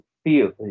Feel